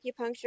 acupuncture